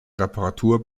reparatur